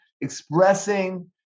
expressing